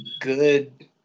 good